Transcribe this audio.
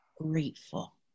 grateful